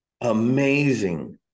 amazing